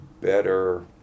better